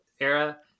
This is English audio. era